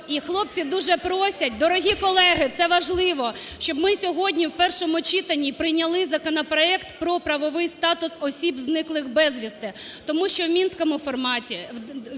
І хлопці дуже просять – дорогі колеги, це важливо – щоб ми сьогодні в першому читанні прийняли законопроект про правовий статус осіб, зниклих безвісті. Тому що в "мінському форматі",